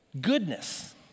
goodness